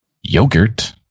Yogurt